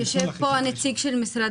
משרד